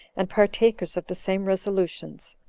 and partakers of the same resolutions,